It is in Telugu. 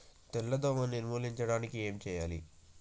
తెల్ల దోమ నిర్ములించడానికి ఏం వాడాలి?